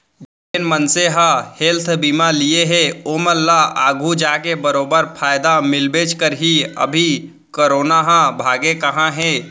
जेन मनसे मन हेल्थ बीमा लिये हें ओमन ल आघु जाके बरोबर फायदा मिलबेच करही, अभी करोना ह भागे कहॉं हे?